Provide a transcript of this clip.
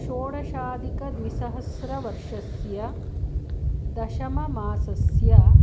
षोडशाधिकद्विसहस्रवर्षस्य दशममासस्य